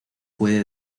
puede